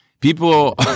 People